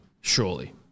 Surely